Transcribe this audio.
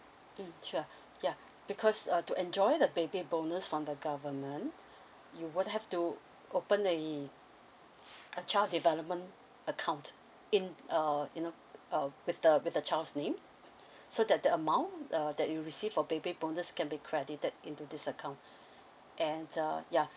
mm sure ya because uh to enjoy the baby bonus from the government you would have to open a a child development account in uh you know uh with the with the child's name so that the amount uh that you receive of baby bonus can be credited into this account and uh ya